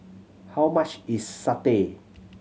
how much is satay